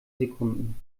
sekunden